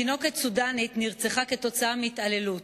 תינוקת סודנית נרצחה כתוצאה מהתעללות,